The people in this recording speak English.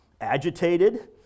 agitated